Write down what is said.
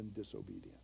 disobedience